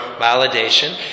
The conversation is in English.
validation